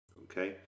Okay